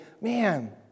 Man